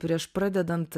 prieš pradedant